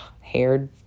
haired